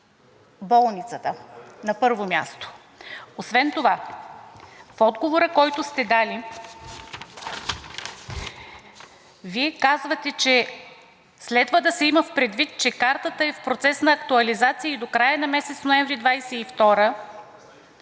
болницата, на първо място. Освен това, в отговора, който сте дали, Вие казвате, че следва да се има предвид, че картата е в процес на актуализация и до края на месец ноември 2022